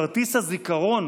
כרטיס הזיכרון